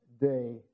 day